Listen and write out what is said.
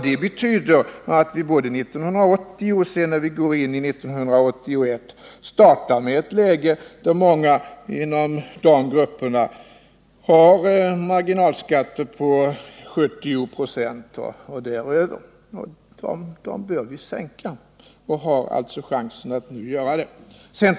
Det betyder att vi både 1980 och därefter, när vi går in i 1981, startar med ett läge där många inom dessa grupper har marginalskatter på 70 96 och däröver. De marginalskatterna bör vi sänka, och vi har alltså chansen att göra det nu.